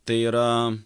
tai yra